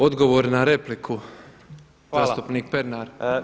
Odgovor na repliku zastupnik Peranar.